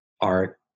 art